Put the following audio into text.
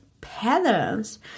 patterns